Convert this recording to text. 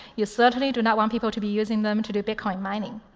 you certainly do not want people to be using them to do bitcoin mining.